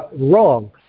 wrong